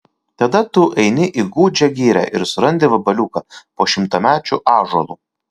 tada tu eini į gūdžią girią ir surandi vabaliuką po šimtamečiu ąžuolu